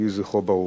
יהי זכרו ברוך.